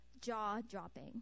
jaw-dropping